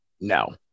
no